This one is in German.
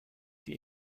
die